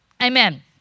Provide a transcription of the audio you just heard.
Amen